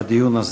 בדיון הזה.